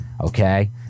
Okay